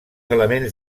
elements